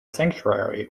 sanctuary